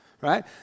right